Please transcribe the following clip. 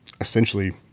essentially